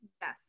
Yes